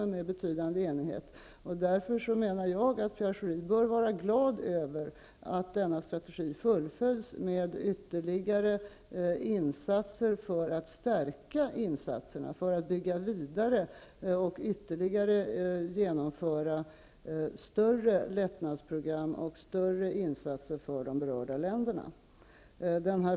Jag menar därför att Pierre Schori bör vara glad över att denna strategi fullföljs med ytterligare insatser för att stärka, bygga vidare och för att genomföra större lättnadsprogram med fler insatser för de berörda länderna.